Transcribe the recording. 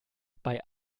bei